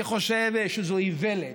אני חושב שזו איוולת.